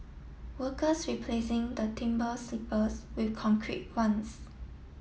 workers replacing the timber sleepers with concrete ones